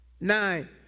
Nine